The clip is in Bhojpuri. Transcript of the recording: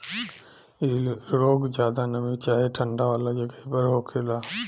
इ रोग ज्यादा नमी चाहे ठंडा वाला जगही पर होखेला